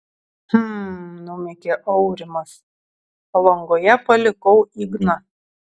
hm numykė aurimas palangoje palikau igną